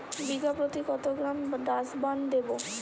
বিঘাপ্রতি কত গ্রাম ডাসবার্ন দেবো?